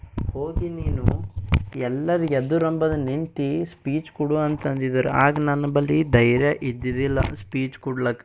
ಹೋಗಿ ನೀನು ಎಲ್ಲರ ಎದುರಂಬದ ನಿಂತು ಸ್ಪೀಚ್ ಕೊಡು ಅಂತ ಅಂದಿದ್ದರು ಆಗ ನನ್ನ ಬಳಿ ಧೈರ್ಯ ಇದ್ದಿದಿಲ್ಲ ಸ್ಪೀಚ್ ಕೊಡ್ಲಕ್